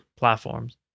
platforms